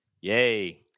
yay